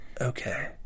Okay